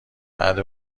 بعد